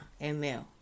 ml